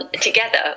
together